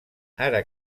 ara